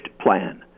plan